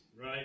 Right